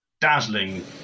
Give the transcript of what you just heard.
dazzling